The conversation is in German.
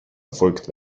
folgt